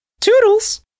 Toodles